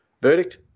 Verdict